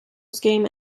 scheme